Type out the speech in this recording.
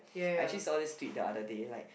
I actually saw this tweet the other day like